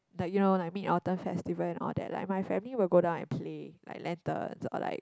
like you know like Mid Autumn festival and all that like my family will go down and play like lanterns or like